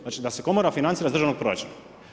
Znači da se Komora financira iz državnog proračuna.